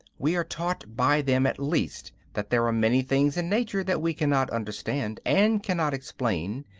we are taught by them at least that there are many things in nature that we cannot understand and cannot explain,